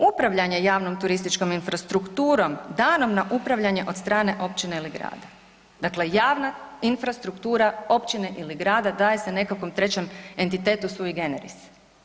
Upravljanje javnom turističkom infrastrukturom danom na upravljanje od strane općine ili grada.“ Dakle, javna infrastruktura općine ili grada daje se nekakvom trećem entitetu sui generis.